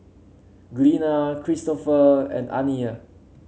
Glenna Kristofer and Aniyah